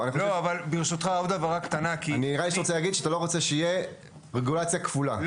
נראה לי שאתה רוצה להגיד שאתה לא רוצה שתהיה רגולציה כפולה,